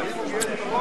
אבל אם הוא גייס את הרוב,